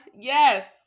Yes